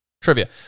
trivia